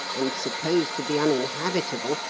and supposed to be uninhabitable,